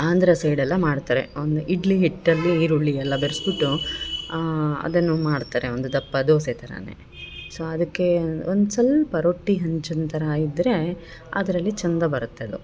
ಆಂಧ್ರ ಸೈಡೆಲ್ಲ ಮಾಡ್ತಾರೆ ಒಂದು ಇಡ್ಲಿ ಹಿಟ್ಟು ಅಲ್ಲಿ ಈರುಳ್ಳಿ ಎಲ್ಲ ಬೆರ್ಸ್ಬಿಟ್ಟು ಅದನ್ನು ಮಾಡ್ತಾರೆ ಒಂದು ದಪ್ಪ ದೋಸೆ ಥರಾನೇ ಸೊ ಅದಕ್ಕೆ ಒಂದು ಸ್ವಲ್ಪ ರೊಟ್ಟಿ ಹಂಚನ ಥರ ಇದ್ದರೆ ಅದರಲ್ಲಿ ಚಂದ ಬರತ್ತೆ ಅದು